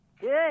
Good